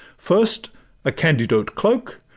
first a candiote cloak,